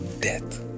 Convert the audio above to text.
death